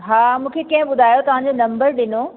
हा मूंखे कंहिं ॿुधायो तव्हांजो नंबर ॾिनो